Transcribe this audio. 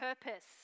purpose